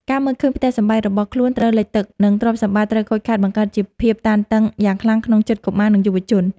ការមើលឃើញផ្ទះសម្បែងរបស់ខ្លួនត្រូវលិចលង់ និងទ្រព្យសម្បត្តិត្រូវខូចខាត បង្កើតជាភាពតានតឹងយ៉ាងខ្លាំងក្នុងចិត្តកុមារ និងយុវជន។